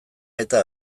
eta